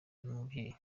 n’umubyeyi